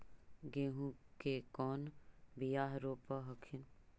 गेहूं के कौन बियाह रोप हखिन?